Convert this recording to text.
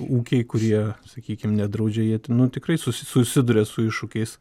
ūkiai kurie sakykim nedraudžia jie ten nu tiktai susi susiduria su iššūkiais